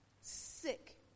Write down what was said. sick